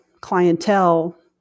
clientele